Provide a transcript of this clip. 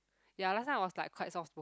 ya last time I was like quite soft